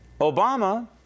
Obama